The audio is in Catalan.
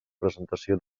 presentació